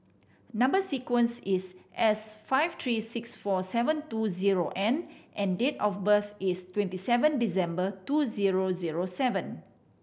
number sequence is S five three six four seven two zero N and date of birth is twenty seven December two zero zero seven